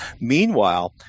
Meanwhile